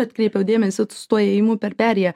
atkreipiau dėmesį tuo ėjimu per perėją